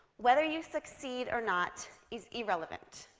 whether you succeed or not is irrelevant.